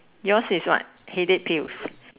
yours is what headache pills